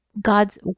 God's